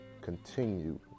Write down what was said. continue